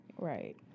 Right